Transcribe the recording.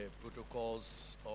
protocols